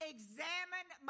Examine